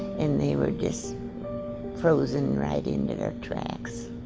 and they were just frozen right into their tracks.